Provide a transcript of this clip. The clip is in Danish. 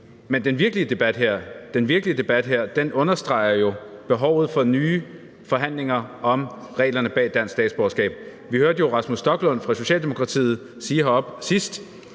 Men den virkelige debat her understreger jo behovet for nye forhandlinger om reglerne bag dansk statsborgerskab. Vi hørte jo Rasmus Stoklund fra Socialdemokratiet sige heroppe sidst,